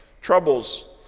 Troubles